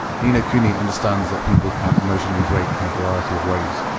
ni no kuni understands that people can emotionally break in a variety of ways.